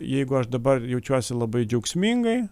jeigu aš dabar jaučiuosi labai džiaugsmingai